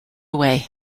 away